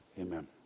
Amen